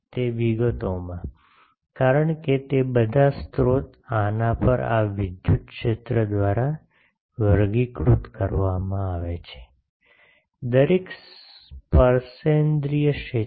તે વિગતોમાં કારણ કે તે બધા સ્રોત આના પર આ વિદ્યુત ક્ષેત્ર દ્વારા વર્ગીકૃત કરવામાં આવે છે દરેક સ્પર્શેન્દ્રિય ક્ષેત્ર